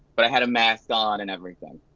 but i had mask on and everything.